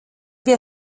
wir